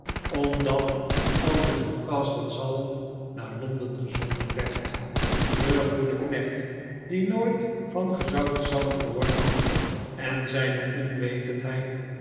omdat al de newcastle zalm naar l on den gezonden werd de goede knecht die nooit van gezouten zalm gehoord had en zijne onwetendheid